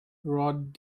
rod